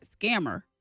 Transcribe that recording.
scammer